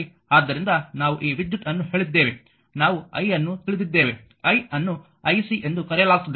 ಆದ್ದರಿಂದ ನಾವು ಈ ವಿದ್ಯುತ್ ಅನ್ನು ಹೇಳಿದ್ದೇವೆ ನಾವು i ಅನ್ನುತಿಳಿದಿದ್ದೇವೆ i ಅನ್ನು ic ಎಂದು ಕರೆಯಲಾಗುತ್ತದೆ